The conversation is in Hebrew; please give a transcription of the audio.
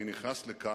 אני נכנס לכאן,